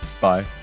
bye